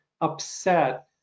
upset